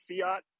fiat